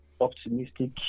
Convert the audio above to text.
optimistic